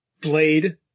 Blade